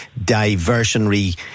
diversionary